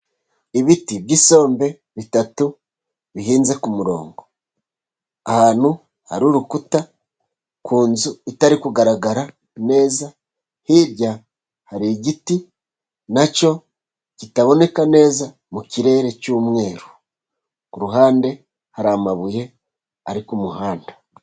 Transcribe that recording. Ibiti by'isombe bitatu bihinze ku murongo. Ahantu hari urukuta ku nzu itari kugaragara neza, hirya hari igiti na cyo kitaboneka neza. Mu kirere cy'umweru ku ruhande hari amabuye ari ku muhanda.